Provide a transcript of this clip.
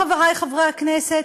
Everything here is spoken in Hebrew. חברי חברי הכנסת,